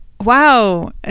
wow